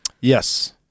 Yes